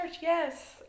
yes